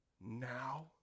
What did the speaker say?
now